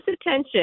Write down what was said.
attention